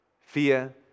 fear